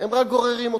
הם רק גוררים אותן.